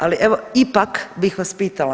Ali evo ipak bih vas pitala.